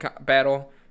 battle